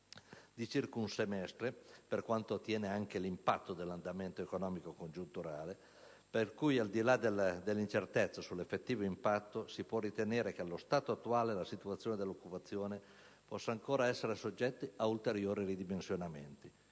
di circa un semestre rispetto all'andamento economico congiunturale, per cui, al di là dell'incertezza sull'effettivo impatto, si può ritenere che, allo stato attuale, la situazione dell'occupazione possa essere ancora soggetta a ulteriori ridimensionamenti.